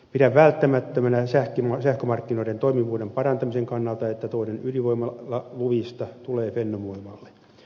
pidän välttämättömänä sähkömarkkinoiden toimivuuden parantamisen kannalta että toinen ydinvoimalaluvista tulee fennovoimalle